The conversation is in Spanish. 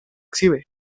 exhibe